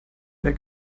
wer